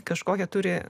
kažkokią turi